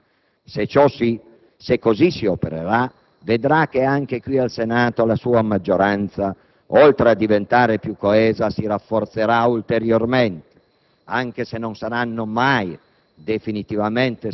dando contemporaneamente stabilita al nostro Governo. Se così si opererà vedrà che anche qui al Senato la sua maggioranza, oltre a diventare più coesa, si rafforzerà ulteriormente,